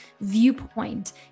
viewpoint